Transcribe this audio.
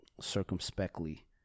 circumspectly